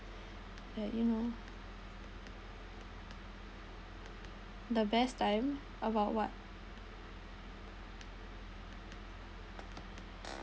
like you know the best time about what